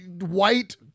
white